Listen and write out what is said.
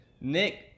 Nick